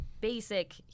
basic